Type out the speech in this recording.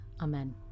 Amen